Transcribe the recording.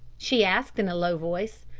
she asked in a low voice.